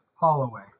Holloway